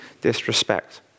disrespect